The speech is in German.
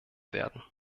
werden